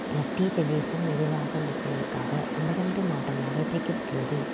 மத்தியப் பிரதேசம் நிர்வாக நோக்கங்களுக்காக ஐம்பது ரெண்டு மாவட்டங்களாகப் பிரிக்கப்பட்டுள்ளது